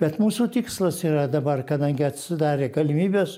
bet mūsų tikslas yra dabar kadangi atsidarė galimybės